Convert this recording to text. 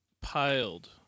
piled